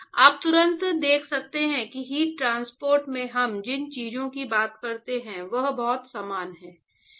आप तुरंत देख सकते हैं कि हीट ट्रांसपोर्ट में हम जिन चीजों की बात करते हैं वे बहुत समान है